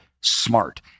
smart